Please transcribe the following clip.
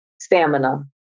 stamina